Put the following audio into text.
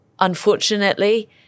unfortunately